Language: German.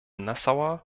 nassauer